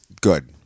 good